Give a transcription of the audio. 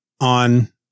on